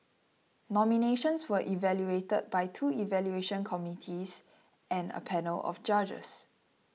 nominations were evaluated by two evaluation committees and a panel of judges